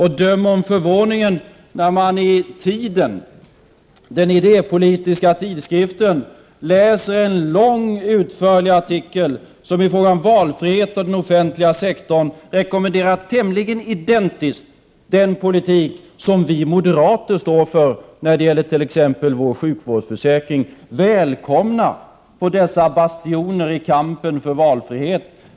Och döm om förvåningen när man i Tiden, den idépolitiska tidskriften, läser en lång och utförlig artikel som i fråga om valfrihet för den offentliga sektorn rekommenderar tämligen identiskt den politik som vi moderater står för när det t.ex. gäller sjukvårdsförsäkringen. Välkomna på dessa bastioner i kampen för valfrihet!